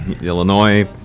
Illinois